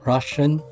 Russian